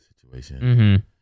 situation